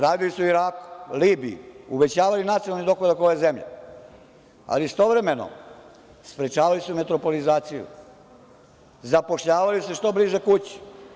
Radili su u Iraku, Libiji i uvećavali nacionalni dohodak ove zemlje, ali istovremeno sprečavali su metropolizaciju, zapošljavali se što bliže kući.